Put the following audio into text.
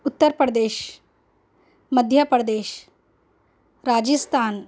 Uttar Pradesh Madhya Pradesh Rajasthan